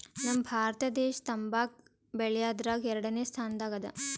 ನಮ್ ಭಾರತ ದೇಶ್ ತಂಬಾಕ್ ಬೆಳ್ಯಾದ್ರಗ್ ಎರಡನೇ ಸ್ತಾನದಾಗ್ ಅದಾ